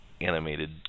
animated